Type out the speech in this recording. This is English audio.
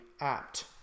apt